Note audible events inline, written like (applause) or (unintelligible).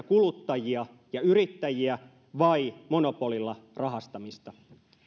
(unintelligible) kuluttajia ja yrittäjiä vai monopolilla rahastamista